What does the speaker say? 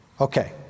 Okay